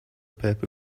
paper